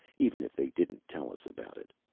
even if they didn't tell us about it.